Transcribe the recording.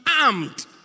armed